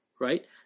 right